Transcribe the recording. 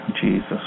Jesus